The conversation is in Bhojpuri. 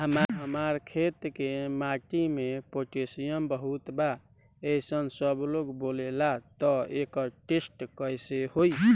हमार खेत के माटी मे पोटासियम बहुत बा ऐसन सबलोग बोलेला त एकर टेस्ट कैसे होई?